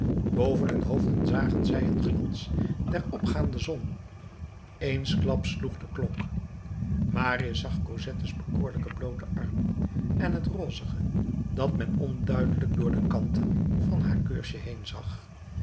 boven hun hoofden zagen zij een glans der opgaande zon eensklaps sloeg de klok marius zag cosettes bekoorlijken blooten arm en het rozige dat men onduidelijk door de kanten van haar keursje heen zag